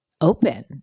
open